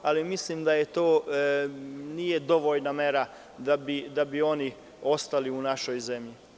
Ali, mislim da to nije dovoljna mera da bi oni ostali u našoj zemlji.